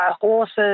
horses